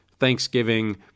Thanksgiving